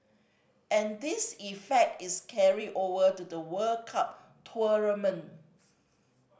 and this effect is carried over to the World Cup tournament